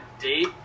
date